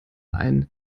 einen